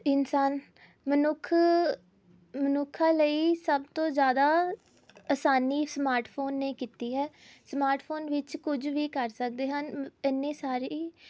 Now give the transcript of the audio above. ਇਨਸਾਨ ਮਨੁੱਖ ਮਨੁੱਖਾਂ ਲਈ ਸਭ ਤੋਂ ਜ਼ਿਆਦਾ ਅਸਾਨੀ ਸਮਾਰਟਫੋਨ ਨੇ ਕੀਤੀ ਹੈ ਸਮਾਰਟਫੋਨ ਵਿੱਚ ਕੁਝ ਵੀ ਕਰ ਸਕਦੇ ਹਨ ਐਨੀ ਸਾਰੀ